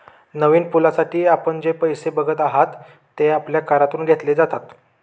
नवीन पुलासाठी आपण जे पैसे बघत आहात, ते आपल्या करातून घेतले जातात